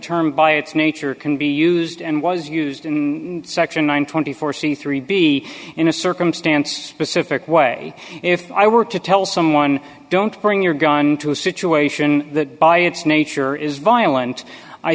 term by its nature can be used and was used in section one twenty four c three b in a circumstance pacific way if i were to tell someone don't bring your gun to a situation that by its nature is violent i